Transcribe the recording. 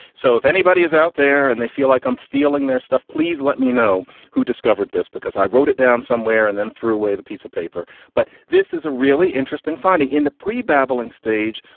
so if anybody is out there and they feel like i'm stealing their stuff, please let me know who discovered this, because i wrote it down somewhere and then threw away the piece of paper. but this is a really interesting finding in the pre babbling stage.